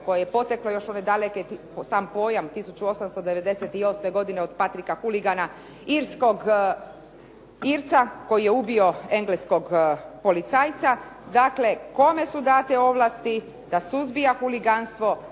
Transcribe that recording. koje je poteklo još ove daleke, samo pojam 1898. godine od Patrika huligana, Irca koji je ubio engleskog policajca. Dakle, kome su date ovlasti da suzbija huliganstvo,